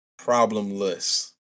problemless